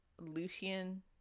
Lucian